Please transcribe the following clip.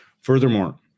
Furthermore